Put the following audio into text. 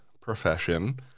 profession